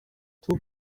two